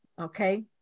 okay